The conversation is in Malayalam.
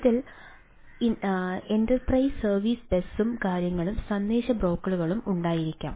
അതിനാൽ എന്റർപ്രൈസ് സർവീസ് ബസും കാര്യങ്ങളും സന്ദേശ ബ്രോക്കറും ഉണ്ടായിരിക്കാം